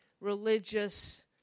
religious